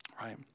Right